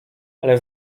ale